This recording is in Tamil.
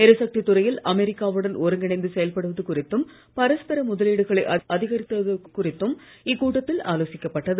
எரிசக்தித் துறையில் அமெரிக்கா வுடன் ஒருங்கிணைந்து செயல்படுவது குறித்தும் பரஸ்பர முதலீகளை அதிகரிப்பது குறித்து இக்கூட்டத்தில் ஆலோசிக்கப்பட்டது